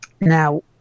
now